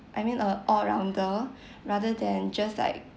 I mean a all rounder rather than just like